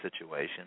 situation